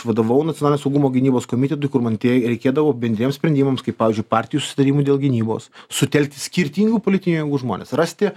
vadovavau nacionalinio saugumo gynybos komitetui kur man tie reikėdavo bendriems sprendimams kaip pavyzdžiui partijų susitarimui dėl gynybos sutelkti skirtingų politinių jėgų žmones rasti